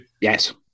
Yes